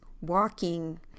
walking